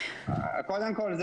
קודם כל,